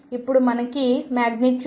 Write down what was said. ఇప్పుడు మనకు ai2xp